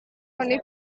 only